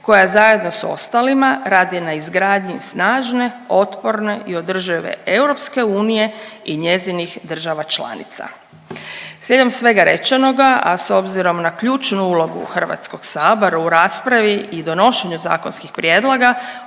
koja zajedno s ostalima radi na izgradnji snažne, otporne i održive EU i njezinih država članica. Slijedom svega rečenoga, a s obzirom na ključnu ulogu Hrvatskog sabora u raspravi i donošenju zakonskih prijedloga